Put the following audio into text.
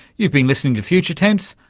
you've been listening to future tense,